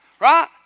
right